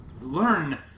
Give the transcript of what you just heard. learn